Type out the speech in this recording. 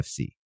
FC